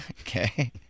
Okay